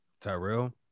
tyrell